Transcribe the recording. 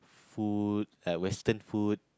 food like western food